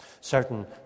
certain